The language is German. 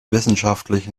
wissenschaftlich